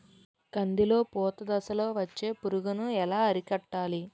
కందిలో పూత దశలో వచ్చే పురుగును ఎలా అరికట్టాలి?